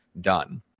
done